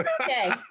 Okay